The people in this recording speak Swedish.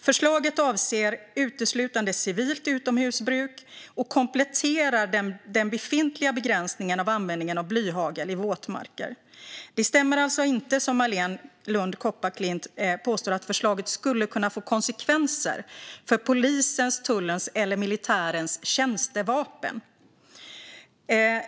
Förslaget avser uteslutande civilt utomhusbruk och kompletterar den befintliga begränsningen av användningen av blyhagel i våtmarker. Det stämmer alltså inte, som Marléne Lund Kopparklint påstår, att förslaget skulle kunna få konsekvenser för polisens, tullens eller militärens tjänstevapen.